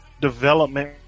development